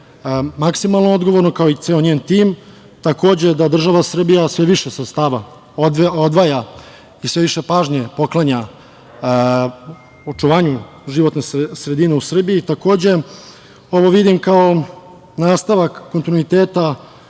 maksimalno odgovorno, kao i ceo njen tim. Takođe da država Srbije sve više sredstava odvaja i sve više pažnje poklanja očuvanju životne sredine u Srbiji. Ovo vidim kao nastavak kontinuiteta